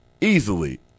easily